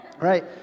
right